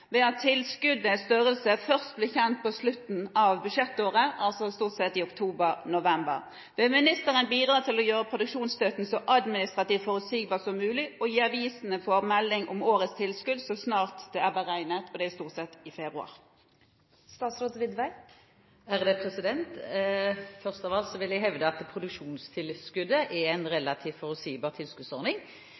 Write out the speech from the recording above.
ved at tilskuddets størrelse først blir kjent på slutten av budsjettåret i oktober/november. Vil statsråden bidra til å gjøre produksjonsstøtten så administrativt forutsigbar som mulig, og at avisene får melding om årets tilskudd så snart støtten er beregnet i februar?» Først vil jeg hevde at produksjonstilskuddet er en relativt forutsigbar tilskuddsordning fordi tilskuddet beregnes etter strengt regulerte kriterier basert på opplag, utgivelseshyppighet og lokal konkurranseposisjon. Det er